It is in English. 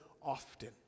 often